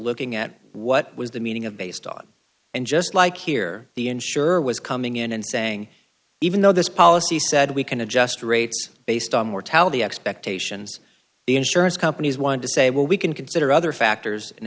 looking at what was the meaning of based on and just like here the insurer was coming in and saying even though this policy said we can adjust rates based on mortality expectations the insurance companies want to say well we can consider other factors